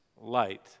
light